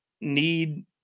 need